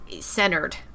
centered